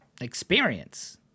experience